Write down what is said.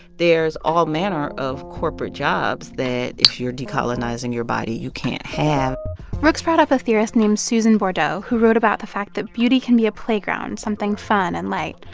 there's all manner of corporate jobs that, if you're decolonizing your body, you can't have rooks brought up a theorist named susan bordo, who wrote about the fact that beauty can be a playground something fun and light.